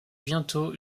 bientôt